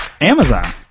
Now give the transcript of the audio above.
Amazon